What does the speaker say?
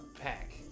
pack